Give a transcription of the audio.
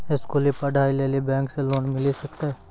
स्कूली पढ़ाई लेली बैंक से लोन मिले सकते?